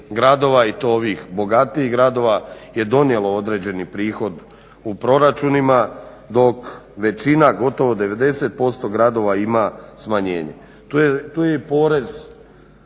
i to ovih bogatijih gradova je donijelo određeni prihod u proračunima dok većina gotovo 90% gradova ima smanjenje. Tu je porez